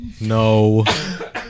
No